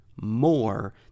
more